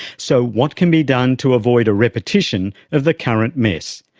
so what can be done to avoid a repetition of the current mess?